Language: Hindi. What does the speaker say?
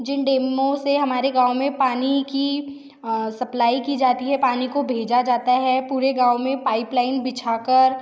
जिन डैमोणं से हमारे गाँव में पानी की सप्लाई की जाती है पानी को भेजा जाता है पूरे गाँव में पाइपलाइन बिछा कर